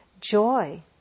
joy